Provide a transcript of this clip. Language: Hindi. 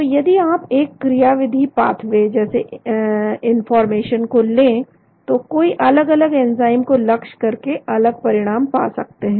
तो यदि आप एक क्रिया विधि पाथवे जैसे इंफॉर्मेशन को ले तो कोई अलग अलग एंजाइम को लक्ष्य करके अलग परिणाम पा सकता है